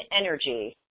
energy